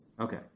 Okay